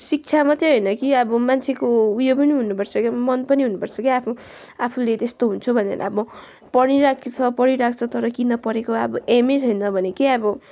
शिक्षा मात्रै होइन कि अब मान्छेको उयो पनि हुनु पर्छ क्या मन पनि हुनु पर्छ क्या आफू आफूले त्यस्तो हुन्छु भनेर अब पढिरहेको छ पढिरहेको छ तर किन पढेको अब एमै छैन भने के अब